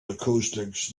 acoustics